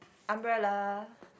umbrella